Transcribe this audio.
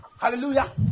hallelujah